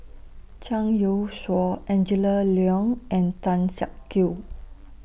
Zhang Youshuo Angela Liong and Tan Siak Kew